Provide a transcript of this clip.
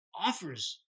offers